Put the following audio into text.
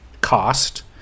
cost